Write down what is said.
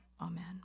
amen